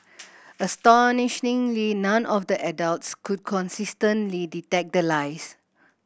astonishingly none of the adults could consistently detect the lies